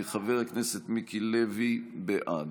חבר הכנסת מיקי לוי, בעד.